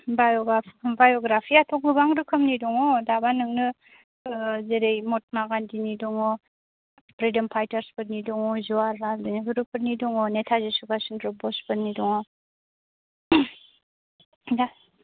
बाय'ग्राफ biography आथ' गोबां रोखोमनि दङ दाबा नोंनो जेरै महत्मा गान्धी नि दङ फ्रिदम फायतार्स फोरनि दङ जवाहरलाल नेहरु फोरनि दङ नेताजि सुभाष चद्र बस फोरनि दङ दा